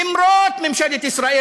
למרות ממשלת ישראל,